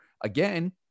again